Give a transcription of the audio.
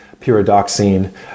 pyridoxine